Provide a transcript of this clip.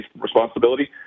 responsibility